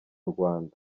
rwanda